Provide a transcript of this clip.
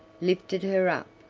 lifted her up,